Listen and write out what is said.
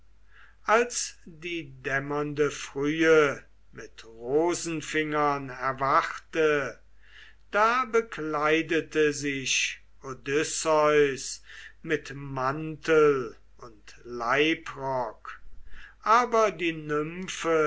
als die dämmernde frühe mit rosenfingern erwachte da bekleidete sich odysseus mit mantel und leibrock aber die nymphe